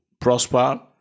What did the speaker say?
prosper